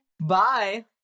Bye